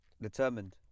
determined